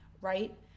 right